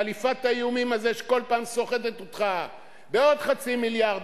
חליפת האיומים האלה שכל פעם סוחטת אותך בעוד חצי מיליארד,